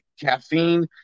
caffeine